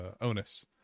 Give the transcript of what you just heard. onus